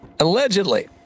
Allegedly